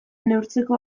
neurtzeko